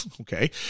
okay